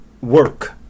work